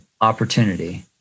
opportunity